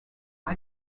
are